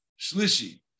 Shlishi